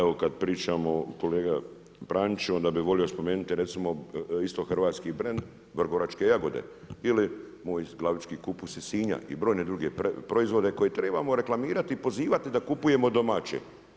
Evo kada pričamo kolega Praniću onda bi volio spomenuti recimo isto hrvatski brend vrgoračke jagode ili moj glavički kupus iz Sinja i brojne druge proizvode koje tribamo reklamirati i pozivati da kupujemo domaće.